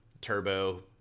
turbo